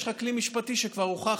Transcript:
יש לך כלי משפטי שכבר הוכח,